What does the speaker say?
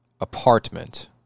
apartment